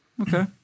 Okay